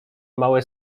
małe